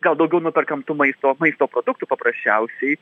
gal daugiau nuperkam tų maisto maisto produktų paprasčiausiai